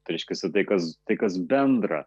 tai reiškiasi tai kas tai kas bendra